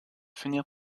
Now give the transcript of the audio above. finir